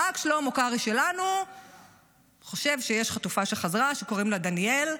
רק שלמה קרעי שלנו חושב שיש חטופה שחזרה שקוראים לה דניאל.